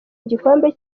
igikombe